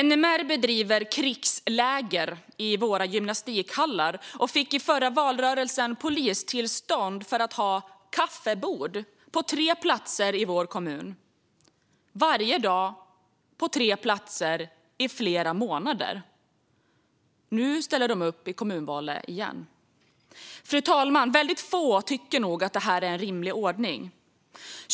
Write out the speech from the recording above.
NMR bedriver krigsläger i våra gymnastikhallar, och de fick i förra valrörelsen polistillstånd för att ha "kaffebord" på tre platser i vår kommun - varje dag, på tre platser, i flera månader. Nu ställer de upp i kommunvalet igen. Fru talman! Få tycker att det här är en rimlig ordning.